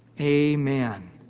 Amen